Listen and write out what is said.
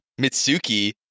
Mitsuki